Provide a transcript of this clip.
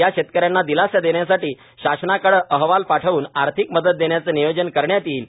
या शेतक यांना दिलासा देण्यासाठी शासनाकडे अहवाल पाठवून आर्थिक मदत देण्याचे नियोजन करण्यात येईल